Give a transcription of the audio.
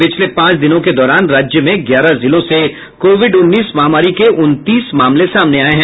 पिछले पांच दिनों के दौरान राज्य में ग्यारह जिलों से कोविड उन्नीस महामारी के उनतीस मामले सामने आये हैं